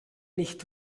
nichts